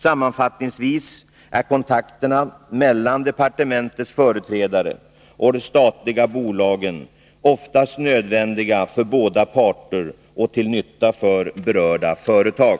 Sammanfattningsvis är kontakterna mellan departementets företrädare och de statliga bolagen oftast nödvändiga för båda parter och till nytta för berörda företag.